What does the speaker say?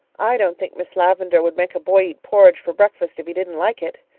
i don't think miss lavendar would make a boy eat porridge for breakfast if he didn't like it.